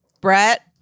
Brett